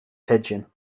pigeon